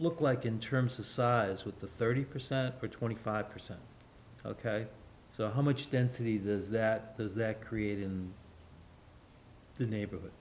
look like in terms of size with the thirty percent to twenty five percent ok so how much density this is that does that create in the neighborhood